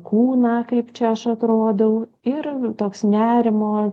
kūną kaip čia aš atrodau ir toks nerimo